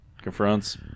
confronts